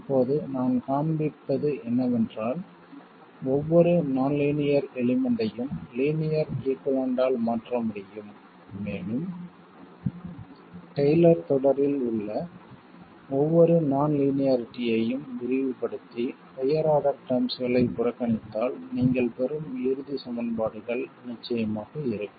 இப்போது நான் காண்பிப்பது என்னவென்றால் ஒவ்வொரு நான் லீனியர் எலிமெண்ட்டையும் லீனியர் ஈகுய்வளன்ட் ஆல் மாற்ற முடியும் மேலும் டெய்லர் தொடரில் உள்ள ஒவ்வொரு நான் லீனியாரிட்டியையும் விரிவுபடுத்தி ஹையர் ஆர்டர் டெர்ம்ஸ்களை புறக்கணித்தால் நீங்கள் பெறும் இறுதி சமன்பாடுகள் நிச்சயமாக இருக்கும்